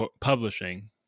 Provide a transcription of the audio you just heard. publishing